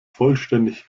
vollständig